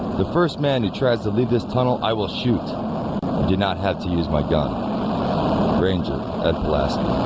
the first man who tries to leave this tunnel i will shoot i did not have to use my gun ranger ed pulaski